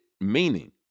meaning